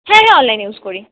হ্যাঁ হ্যাঁ online use করি